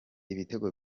ibitego